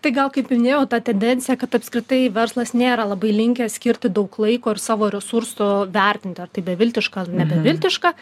tai gal kaip minėjau ta tendencija kad apskritai verslas nėra labai linkęs skirti daug laiko ir savo resursų vertinti ar tai beviltiška ar ne beviltiška